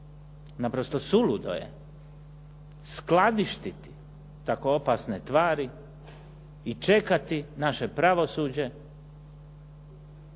Naprosto suludo je skladištiti tako opasne tvari i čekati naše pravosuđe